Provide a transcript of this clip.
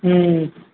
ம் ம்